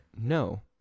No